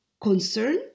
concern